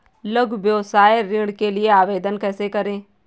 लघु व्यवसाय ऋण के लिए आवेदन कैसे करें?